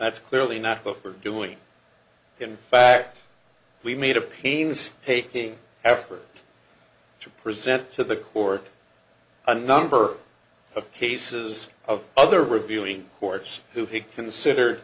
that's clearly not what we're doing in fact we made a painstaking effort to present to the court a number of cases of other reviewing courts who he considered